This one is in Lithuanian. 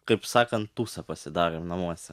kaip sakant tūsą pasidarėm namuose